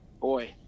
boy